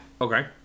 Okay